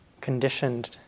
conditioned